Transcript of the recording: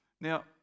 Now